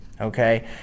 okay